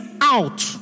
out